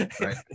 Right